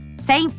Say